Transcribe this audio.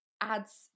adds